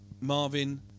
Marvin